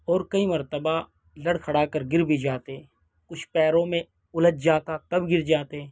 اور کئی مرتبہ لڑکھڑا کر گر بھی جاتے کچھ پیروں میں الجھ جاتا تب گر جاتے